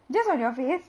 just on your face